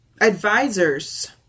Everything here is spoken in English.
advisors